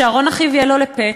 שאהרן אחיו יהיה לו לפה.